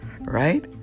Right